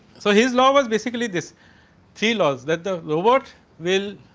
so, his law was basically this three laws that ah lowert will